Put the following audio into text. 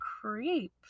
creep